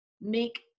make